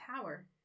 power